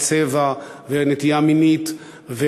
צבע ונטייה מינית,